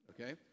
Okay